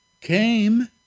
came